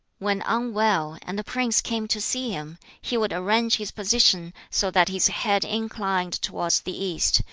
when unwell, and the prince came to see him, he would arrange his position so that his head inclined towards the east,